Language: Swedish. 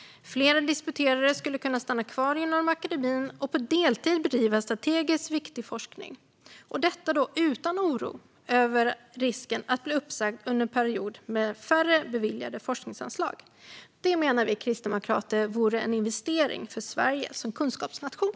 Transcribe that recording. Fler disputerade skulle kunna stanna kvar inom akademin och på deltid bedriva strategiskt viktig forskning, och detta utan oro över risken att bli uppsagd under en period med färre beviljade forskningsanslag. Det menar vi kristdemokrater vore en investering för Sverige som kunskapsnation.